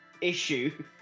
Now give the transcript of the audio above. issue